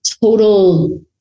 total